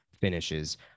finishes